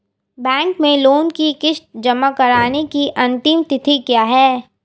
Bank में loan की किश्त जमा कराने की अंतिम तिथि क्या है?